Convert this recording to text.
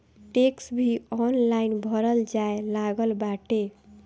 tax भी online भरल जाए लागल बाटे